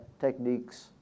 techniques